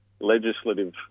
legislative